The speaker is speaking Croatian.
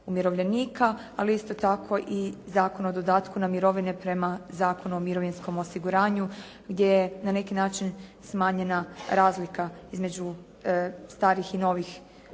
umirovljenika, ali isto tako Zakon o dodatku na mirovine prema Zakonu o mirovinskom osiguranju gdje je na neki način smanjena razlika između starih i novih